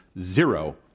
zero